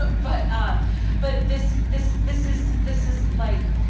but but ah but this this this is this is like.